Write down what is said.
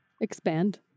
expand